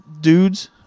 dudes